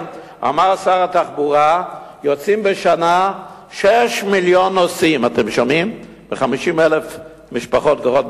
ומאז אני מכירה אותך אני יודעת שאתה כל הזמן וכל הזמן פועל,